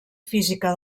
física